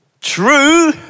True